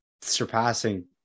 surpassing